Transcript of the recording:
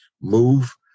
move